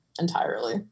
entirely